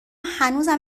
هنوز